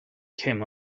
came